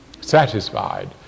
satisfied